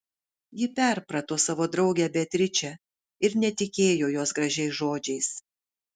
ji perprato savo draugę beatričę ir netikėjo jos gražiais žodžiais